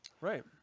right